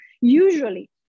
usually